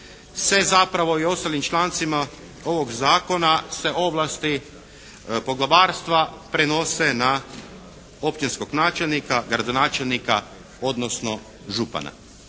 se zapravo i u ostalim člancima ovog zakona se ovlasti Poglavarstva prenose na općinskog načelnika, gradonačelnika odnosno župana.